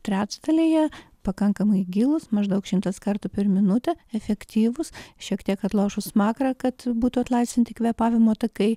trečdalyje pakankamai gilūs maždaug šimtas kartų per minutę efektyvūs šiek tiek atlošus smakrą kad būtų atlaisvinti kvėpavimo takai